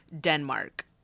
Denmark